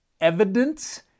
evidence